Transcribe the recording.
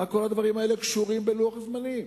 מה כל הדברים האלה קשורים בלוח הזמנים?